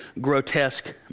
grotesque